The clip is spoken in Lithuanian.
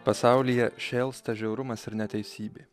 pasaulyje šėlsta žiaurumas ir neteisybė